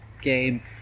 game